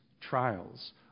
trials